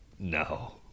No